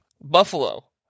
Buffalo